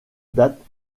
date